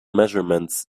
measurements